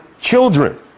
children